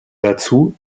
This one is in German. dazu